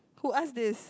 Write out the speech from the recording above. who ask this